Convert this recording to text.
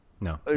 No